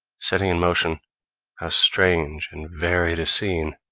setting in motion how strange and varied a scene!